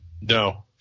No